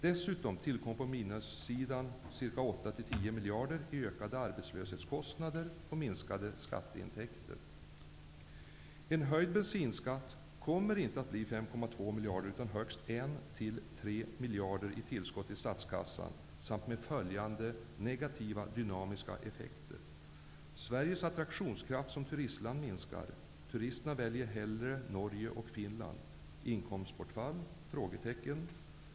Dessutom tillkom på minussidan 8--10 miljarder i ökade arbetslöshetskostnader och minskade skatteintäkter. En höjd bensinskatt kommer inte att ge 5,2 miljarder utan högst 1--3 miljarder i tillskott till statskassan. Dessutom tillkommer de negativa dynamiska effekterna. Turisterna väljer hellre Norge och Finland. Inkomstbortfall?